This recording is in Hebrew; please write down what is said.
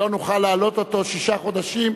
להעלות אותו שישה חודשים,